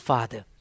Father